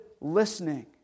listening